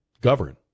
govern